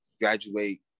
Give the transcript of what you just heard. graduate